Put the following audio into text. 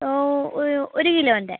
ഒരു കിലോൻ്റെ